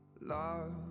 love